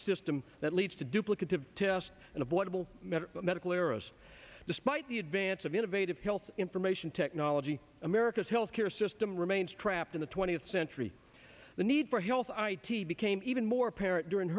system that leads to duplicative tests and avoidable medical errors despite the advance of innovative health information technology america's health care system remains trapped in the twentieth century the need for hill's i t became even more apparent during